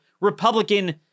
Republican